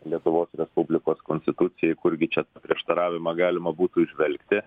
lietuvos respublikos konstitucijai kurgi čia prieštaravimą galima būtų įžvelgti